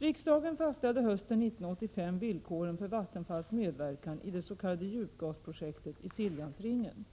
Riksdagen fastställde hösten 1985 villkoren för Vattenfalls medverkan i det s.k. djupgasprojektet i Siljansringen.